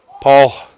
Paul